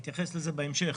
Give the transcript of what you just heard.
אתייחס לזה בהמשך.